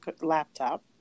laptop